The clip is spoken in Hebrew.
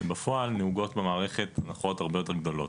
בפועל, נהוגות במערכת הנחות הרבה יותר גדולות.